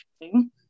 interesting